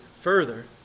further